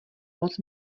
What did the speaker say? moc